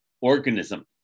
organism